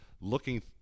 looking